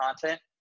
content